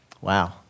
Wow